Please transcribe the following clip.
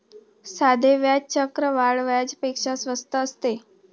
साधे व्याज चक्रवाढ व्याजापेक्षा स्वस्त असते